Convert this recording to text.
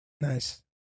Nice